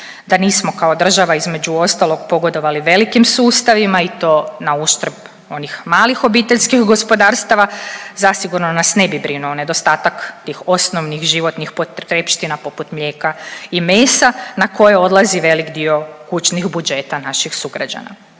Da nismo kao država između ostalog pogodovali velikim sustavima i to na uštrb onih malih obiteljskih gospodarstava zasigurno nas ne bi brinuo nedostatak tih osnovnih životnih potrepština poput mlijeka i mesa na koje odlazi velik dio kućnih budžeta naših sugrađana.